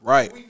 Right